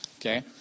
okay